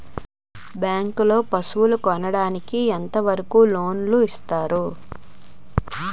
Bank లో పశువుల కొనడానికి ఎంత వరకు లోన్ లు ఇస్తారు?